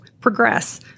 progress